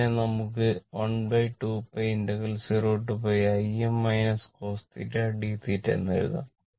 ഇതിനെ നമുക്ക് 12π 0Im cosθ dθ എന്നെഴുതാം